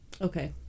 Okay